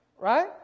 right